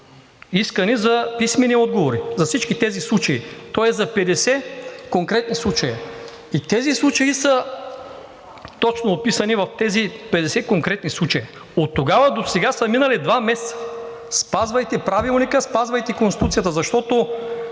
искане за писмени отговори за всички тези случаи, тоест за 50 конкретни случая. И тези случаи са точно описани в тези 50 конкретни случая. От тогава до сега са минали два месеца, спазвайте Правилника, спазвайте Конституцията, защото